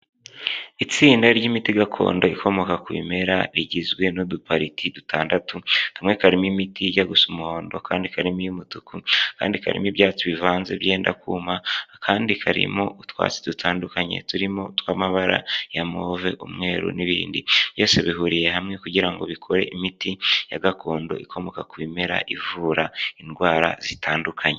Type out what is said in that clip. Itsinda ry'imiti gakondo ikomoka ku bimera rigizwe n'udupariti dutandatu, kamwe karimo imiti ijya gusa umuhondo akandi karimo iy'umutuku, akandi karimo ibyatsi bivanze byenda kuma, akandi karimo utwatsi dutandukanye turimo tw'amabara ya move, umweru n'ibindi. Byose bihuriye hamwe kugira ngo bikore imiti ya gakondo ikomoka ku bimera ivura indwara zitandukanye.